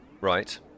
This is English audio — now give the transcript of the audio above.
right